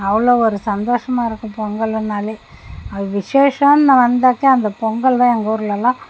அவ்வளோ ஒரு சந்தோஷமாக இருக்கும் பொங்கலுன்னாலே அது விஷேஷன்னு வந்தாக்க அந்த பொங்கல் தான் எங்கள் ஊர்லெல்லாம்